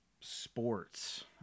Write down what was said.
sports